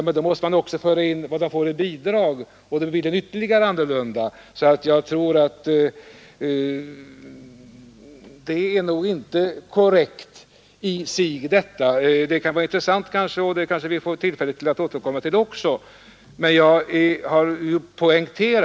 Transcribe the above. Men då måste man också föra in vad de får i bidrag. Då blir det ytterligare en förändring, Men det kan naturligtvis vara intressant att göra sådana här jämförelser, och vi får kanske tillfälle att återkomma också till den saken.